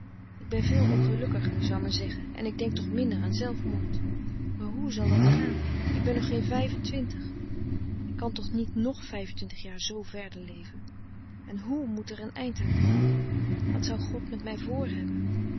ik ben veel ongelukkiger zou men zeggen en ik denk toch minder aan zelfmoord maar hoe zal dat toch gaan ik ben nog geen vijf-en-twintig k kan toch niet nog vijf en twintig jaar z verder leven en hoe moet er een eind aan komen wat zou god met mij vr hebben